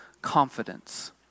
confidence